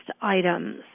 items